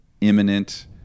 imminent